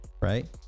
right